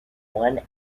one